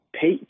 pay